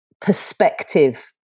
perspective